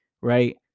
right